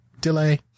delay